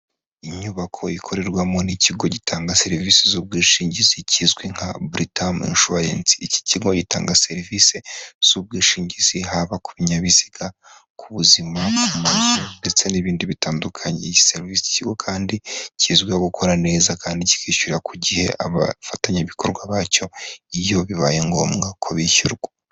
Inyubako ikorerwamo n'ikigo gitanga serivisi z'ubwishingizi kizwi nka Buritamu inshuwarensi, iki kigo gitanga serivisi z'ubwishingizi haba ku binyabiziga, ku buzima, ku mazu ndetse n'ibindi bitandukanye, iyi serivise yo kandi kizwiho gukora neza kandi kikishyurira ku gihe abafatanyabikorwa bacyo iyo bibaye ngombwa ko bishyurwa.